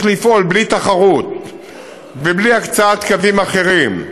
לפעול בלי תחרות ובלי הקצאת קווים אחרים,